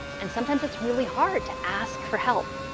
and sometimes it's really hard to ask for help,